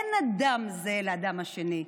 אין אדם זהה לאדם השני.